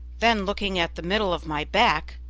then looking at the middle of my back